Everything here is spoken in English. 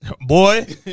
Boy